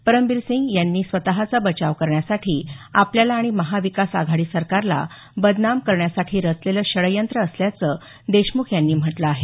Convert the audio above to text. परमबीर सिंग यांनी स्वतःचा बचाव करण्यासाठी आपल्याला आणि महाविकास आघाडी सरकारला बदनाम करण्यासाठी रचलेलं षडयंत्र असल्याचं देशमुख यांनी म्हटलं आहे